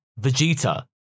Vegeta